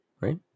right